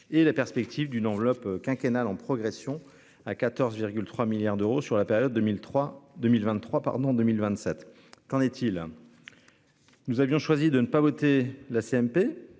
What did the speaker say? et la perspective d'une enveloppe quinquennale en progression à 14,3 milliards d'euros sur la période 2003 2023 pardon 2027. Qu'en est-il. Nous avions choisi de ne pas voter la CMP